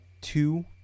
two